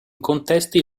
contesti